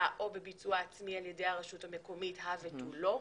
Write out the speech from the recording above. או בביצוע עצמי על ידי הרשות המקומית הא ותו לא.